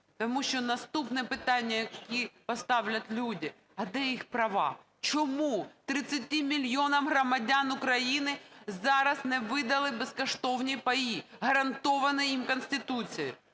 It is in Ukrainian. тому що наступне питання, яке поставлять люди: а де їх права? Чому 30 мільйонам громадян України зараз не видали безкоштовні паї, гарантовані їм Конституцією?